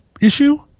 issue